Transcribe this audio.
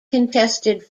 contested